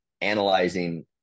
analyzing